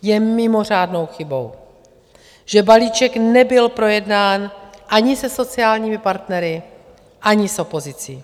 Je mimořádnou chybou, že balíček nebyl projednán ani se sociálními partnery, ani s opozicí.